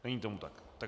Není tomu tak.